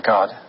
God